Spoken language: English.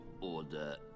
Order